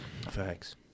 Facts